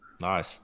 Nice